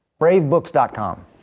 Bravebooks.com